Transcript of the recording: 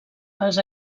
els